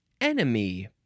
Enemy